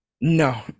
No